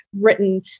written